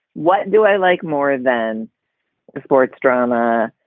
what do i like more than sports drama?